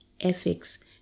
ethics